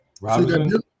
Robinson